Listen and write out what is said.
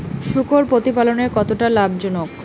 শূকর প্রতিপালনের কতটা লাভজনক?